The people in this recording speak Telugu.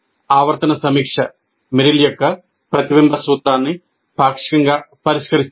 ఆవర్తన సమీక్ష మెర్రిల్ యొక్క ప్రతిబింబ సూత్రాన్ని పాక్షికంగా పరిష్కరిస్తుంది